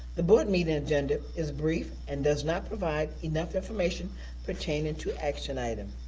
the board meeting agenda is brief and does not provide enough information pertaining to action items.